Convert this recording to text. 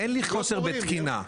אין לי חוסר בתקינה.